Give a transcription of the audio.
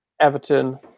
Everton